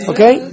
Okay